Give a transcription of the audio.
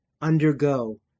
undergo